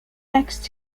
next